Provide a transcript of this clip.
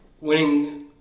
Winning